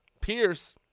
Pierce